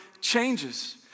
changes